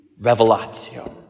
revelatio